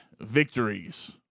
victories